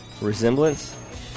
Resemblance